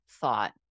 thought